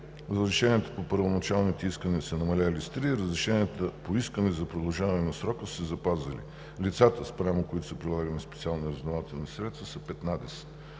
разрешенията по първоначалните искания са намалели с 3 и разрешенията по искания за продължаване на срока са се запазили. Лицата, спрямо които са прилагани специални разузнавателни средства са 15.